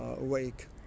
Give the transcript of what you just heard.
awake